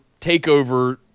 Takeover